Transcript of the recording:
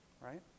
right